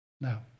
now